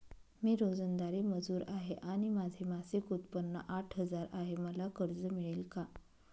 मी रोजंदारी मजूर आहे आणि माझे मासिक उत्त्पन्न आठ हजार आहे, मला कर्ज मिळेल का?